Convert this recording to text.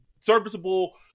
serviceable